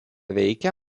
veikia